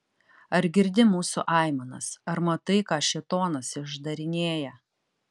ar girdi mūsų aimanas ar matai ką šėtonas išdarinėja